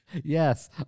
Yes